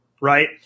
right